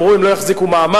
אמרו: הם לא יחזיקו מעמד,